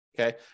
Okay